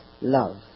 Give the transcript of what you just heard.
love